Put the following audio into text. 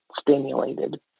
stimulated